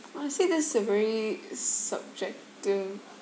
I see this a very subjective